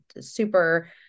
super